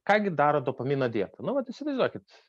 ką gi daro dopamino dieta nu vat įsivaizduokit